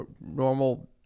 normal